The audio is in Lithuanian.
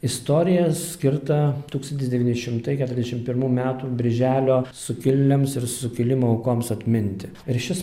istorija skirta tūkstantis devyni šimtai keturiasdešim pirmų metų birželio sukilėliams ir sukilimo aukoms atminti ir šis